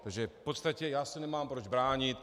Takže v podstatě já se nemám proč bránit.